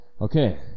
okay